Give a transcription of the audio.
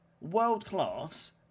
World-class